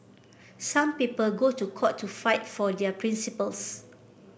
some people go to court to fight for their principles